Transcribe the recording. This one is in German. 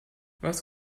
was